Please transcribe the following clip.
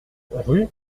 rue